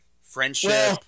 friendship